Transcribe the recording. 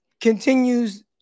continues